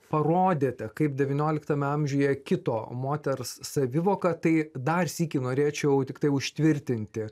parodėte kaip devynioliktame amžiuje kito moters savivoka tai dar sykį norėčiau tiktai užtvirtinti